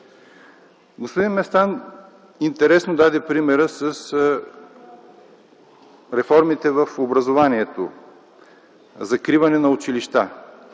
Господин Местан интересно даде примера с реформите в образованието – закриване на училища.